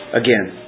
again